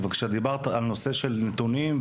בבקשה: דיברת על נושא של נתונים,